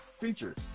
features